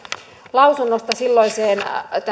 lausunnosta silloiseen